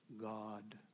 God